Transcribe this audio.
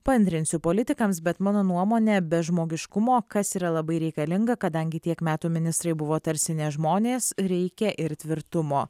paantrinsiu politikams bet mano nuomone be žmogiškumo kas yra labai reikalinga kadangi tiek metų ministrai buvo tarsi nežmonės reikia ir tvirtumo